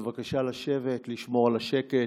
בבקשה לשבת, לשמור על השקט.